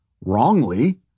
wrongly